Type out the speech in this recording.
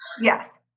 yes